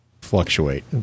fluctuate